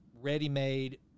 ready-made